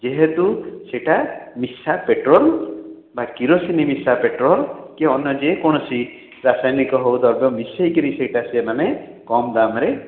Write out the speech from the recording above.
ଯେହେତୁ ସେଇଟା ମିଶା ପେଟ୍ରୋଲ୍ ବା କିରୋସିନି ମିଶା ପେଟ୍ରୋଲ୍ କି ଅନ୍ୟ ଯେକୌଣସି ରାସାୟନିକ ହେଉ ଦ୍ରବ୍ୟ ମିଶେଇକିରି ସେଇଟା ସେମାନେ କମ୍ ଦାମ୍ ରେ